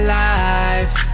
life